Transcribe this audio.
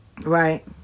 right